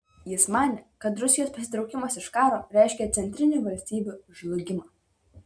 jis manė kad rusijos pasitraukimas iš karo reiškia centrinių valstybių žlugimą